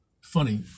funny